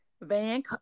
Van